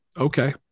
okay